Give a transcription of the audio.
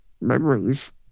memories –